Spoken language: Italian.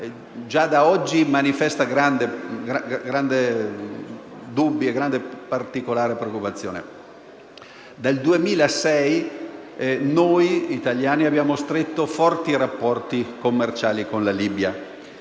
già da oggi desta grandi dubbi e particolare preoccupazione. Nel 2006 abbiamo stretto forti rapporti commerciali con la Libia.